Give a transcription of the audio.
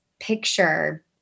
picture